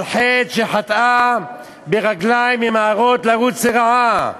על חטא שחטאה ברגליים ממהרות לרוץ לרעה,